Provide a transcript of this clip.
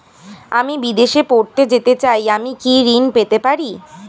আমি বিদেশে পড়তে যেতে চাই আমি কি ঋণ পেতে পারি?